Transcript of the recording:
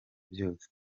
byose